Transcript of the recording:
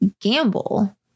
gamble